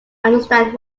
understand